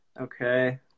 Okay